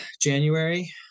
January